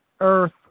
Earth